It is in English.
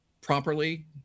properly